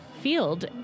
field